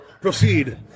Proceed